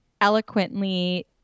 eloquently